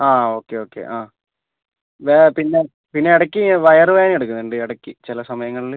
അ okay okay പിന്നെ പിന്നെ ഇടക്ക് വയറുവേദന എടുക്കുന്നുണ്ട് ഇടക്ക് ചിലസമയങ്ങളില്